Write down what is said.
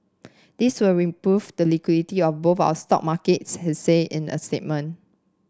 this will improve the liquidity of both our stock markets he say in a statement